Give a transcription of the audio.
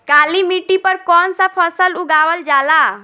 काली मिट्टी पर कौन सा फ़सल उगावल जाला?